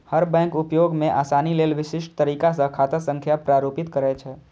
हर bank उपयोग मे आसानी लेल विशिष्ट तरीका सं खाता संख्या प्रारूपित करै छै